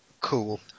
cool